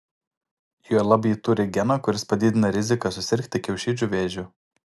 juolab ji turi geną kuris padidina riziką susirgti kiaušidžių vėžiu